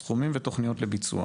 סכומים ותוכניות לביצוע